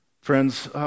Friends